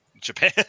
Japan